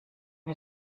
wir